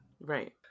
Right